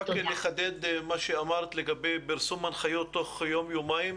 רק לחדד מה שאמרת לגבי פרסום הנחיות תוך יום-יומיים,